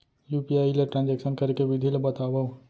UPI ले transaction करे के विधि ला बतावव?